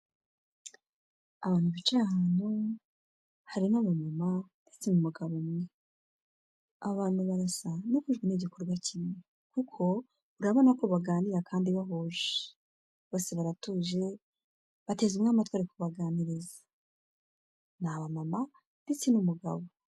Abantu bicaye ahantu harimo abamama ndetse n'umugabo mwe. Abantu barasa n'abahujwe igikorwa kimwe. Kuko urabona ko baganira kandi bahuje. Bose baratuje bateze umwe amatwi ari kubaganiriza. Ni abamama ndetse n'umugabo.